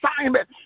assignment